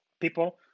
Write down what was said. people